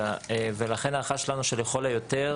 ולכן ההערכה שלנו שלכל היותר